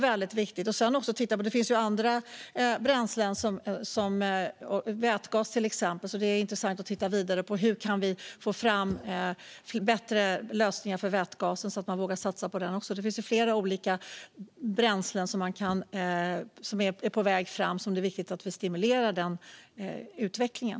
Vätgas är ett intressant bränsle, och här behöver vi titta vidare på hur vi kan få fram bättre lösningar för vätgas så att man vågar satsa på den. Flera olika bränslen är ju på väg fram, och det är viktigt att vi stimulerar den utvecklingen.